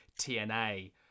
TNA